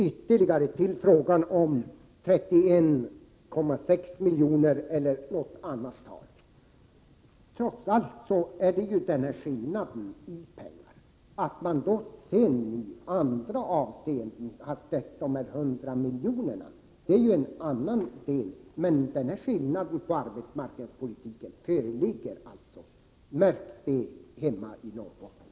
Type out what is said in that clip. Så till frågan om 31,6 milj.kr. eller någon annan summa. Trots allt är det ju en viss skillnad. Att ni sedan i andra avseenden har stött förslaget om 100 milj.kr. är en annan sak, men här föreligger alltså skillnader i arbetsmarknadspolitiken. Märk det hemma i Norrbotten!